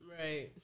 Right